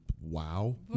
wow